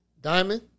Diamond